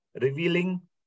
revealing